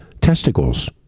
testicles